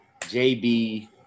jb